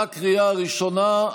בקריאה הראשונה.